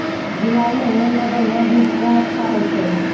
जुलाई महीने मे बढ़िया बीज कौन अच्छा होय छै?